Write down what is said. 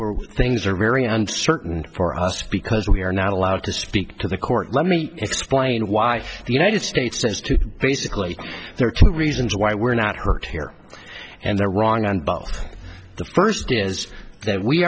where things are very uncertain for us because we are not allowed to speak to the court let me explain why the united states has to basically there are two reasons why we're not hurt here and they're wrong on both the first is that we